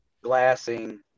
glassing